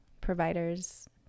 providers